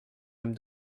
aime